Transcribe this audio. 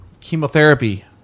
chemotherapy